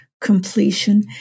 completion